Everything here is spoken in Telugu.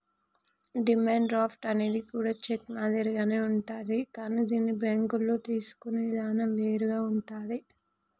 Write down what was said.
డిమాండ్ డ్రాఫ్ట్ అనేది కూడా చెక్ మాదిరిగానే ఉంటాది కానీ దీన్ని బ్యేంకుల్లో తీసుకునే ఇదానం వేరుగా ఉంటాది